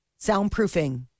Soundproofing